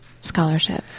scholarship